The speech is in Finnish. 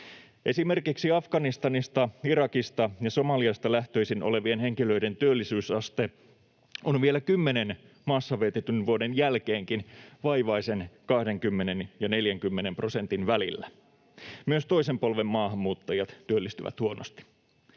Esimerkiksi Afganistanista, Irakista ja Somaliasta lähtöisin olevien henkilöiden työllisyysaste on vielä kymmenen maassa vietetyn vuoden jälkeenkin vaivaisen 20 ja 40 prosentin välillä. Myös toisen polven maahanmuuttajat työllistyvät huonosti.